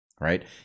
right